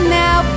now